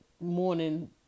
morning